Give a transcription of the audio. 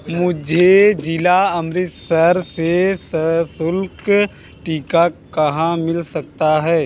मुझे ज़िला अमृतसर से सशुल्क टीका कहाँ मिल सकता है